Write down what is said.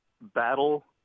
Battle